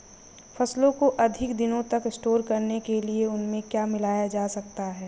फसलों को अधिक दिनों तक स्टोर करने के लिए उनमें क्या मिलाया जा सकता है?